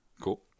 Cool